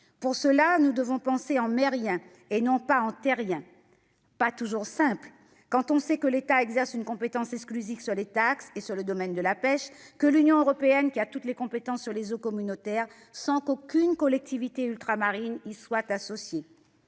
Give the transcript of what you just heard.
perspective, nous devons penser en « mériens » et non pas en terriens. Cela n'est pas toujours simple, alors que l'État exerce une compétence exclusive sur les taxes et sur le domaine de la pêche et que l'Union européenne détient toutes les compétences sur les eaux communautaires, sans qu'aucune collectivité ultramarine y soit associée.